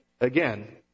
again